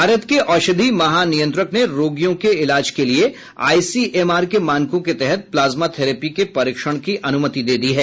भारत के औषधि महानियंत्रक ने रोगियों के इलाज के लिए आईसीएमआर के मानकों के तहत प्लाज्मा थेरेपी के परीक्षण की अनुमति दे दी है